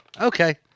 Okay